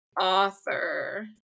author